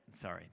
sorry